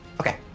Okay